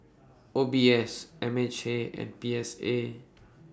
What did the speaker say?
O B S M H A and P S A